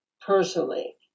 personally